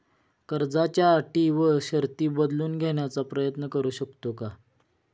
कर्जाच्या अटी व शर्ती बदलून घेण्याचा प्रयत्न करू शकतो का?